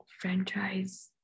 franchise